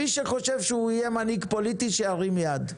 מי שחושב שהוא יהיה מנהיג פוליטי, שירים יד.